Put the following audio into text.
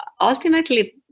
ultimately